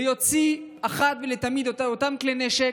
ויוציא אחת ולתמיד את אותם כלי נשק?